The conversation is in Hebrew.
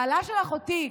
בעלה של אחותי,